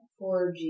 4G